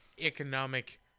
economic